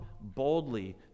boldly